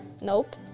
nope